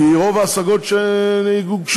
כי רוב ההשגות שגובשו,